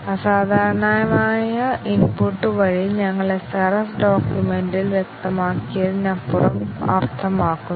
അസാധാരണമായ ഇൻപുട്ട് വഴി ഞങ്ങൾ SRS ഡോക്യുമെന്റിൽ വ്യക്തമാക്കിയതിനപ്പുറം അർത്ഥമാക്കുന്നു